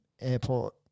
airport